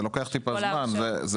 זה לוקח טיפה זמן.